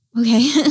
Okay